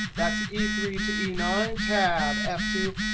that's e three to e nine. tab f two.